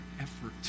effort